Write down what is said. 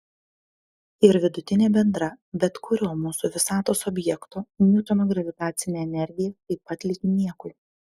ir vidutinė bendra bet kurio mūsų visatos objekto niutono gravitacinė energija taip pat lygi niekui